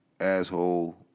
asshole